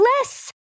less